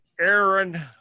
Aaron